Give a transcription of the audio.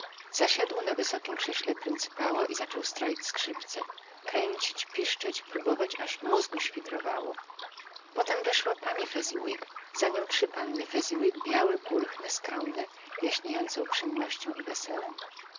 pachą zasiadł na wysokiem krześle pryncypała i zaczął stroić skrzypce kręcić piszczeć próbować aż w mózgu świdrowało potem weszła pani fezziwig za nią trzy panny fezziwig białe pulchne skromne jaśniejące uprzejmością i weselem